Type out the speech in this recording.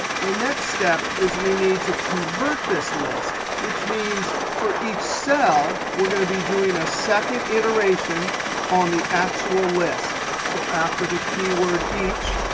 the next step is we need to convert this list. which means, for each cell, we are going to be doing a second iteration on the actual list. so after the keyword each,